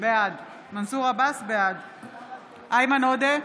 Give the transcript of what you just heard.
בעד איימן עודה,